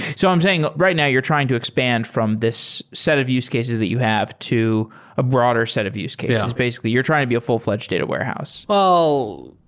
so i'm saying right now you're trying to expand from this set of use cases that you have to a broader set of use cases. basically you're trying to be a full-fl edged data warehouse. well,